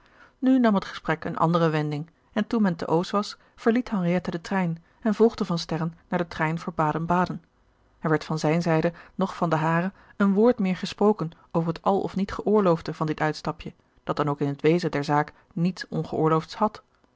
nu nam het gesprek een andere wending en toen men te oos was verliet henriette den trein en volgde van sterren naar den trein voor baden-baden er werd van zijne zijde noch van de hare een woord meer gesproken over het al of niet geoorloofde van dit uitstapje dat dan ook in het wezen der zaak niets ongeoorloofds had